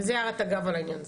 וזה הערת אגב על העניין הזה.